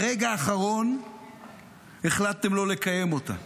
ברגע האחרון החלטתם לא לקיים אותה.